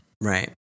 Right